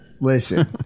Listen